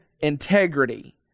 integrity